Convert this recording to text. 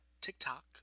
TikTok